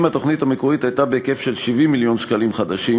אם התוכנית המקורית הייתה בהיקף של 70 מיליון ש"ח,